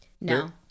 No